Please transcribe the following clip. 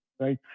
Right